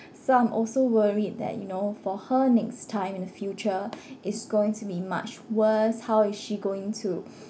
so I'm also worried that you know for her next time in the future it's going to be much worse how is she going to